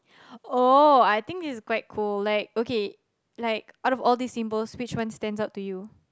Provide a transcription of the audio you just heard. oh I think this is quite cool like okay like out of all these symbols which one stands out to you